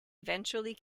eventually